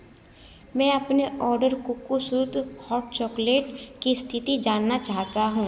मैं अपने order Cocosutra hot chocolate की स्थिति जानना चाहता हूँ